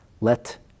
Let